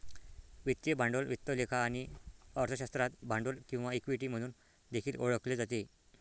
वित्तीय भांडवल वित्त लेखा आणि अर्थशास्त्रात भांडवल किंवा इक्विटी म्हणून देखील ओळखले जाते